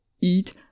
eat